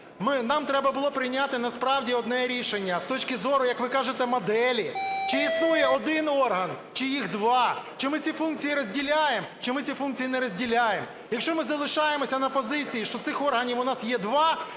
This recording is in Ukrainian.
Нам треба було прийняти насправді одне рішення з точки зору, як ви кажете, моделі, чи існує один орган, чи їх два, чи ми ці функції розділяємо, чи ми ці функції не розділяємо. Якщо ми залишаємося на позиції, що цих органів у нас є два,